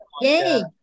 Yay